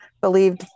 believed